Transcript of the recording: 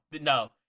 no